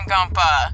Gumpa